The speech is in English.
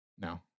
No